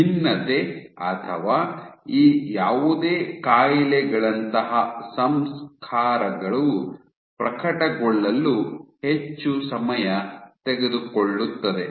ವಿಭಿನ್ನತೆ ಅಥವಾ ಈ ಯಾವುದೇ ಕಾಯಿಲೆಗಳಂತಹ ಸಂಸ್ಕಾರಕಗಳು ಪ್ರಕಟಗೊಳ್ಳಲು ಹೆಚ್ಚು ಸಮಯ ತೆಗೆದುಕೊಳ್ಳುತ್ತದೆ